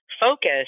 focus